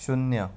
शुन्य